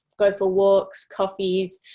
go for walks, coffees,